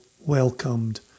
welcomed